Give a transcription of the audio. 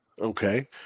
Okay